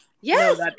Yes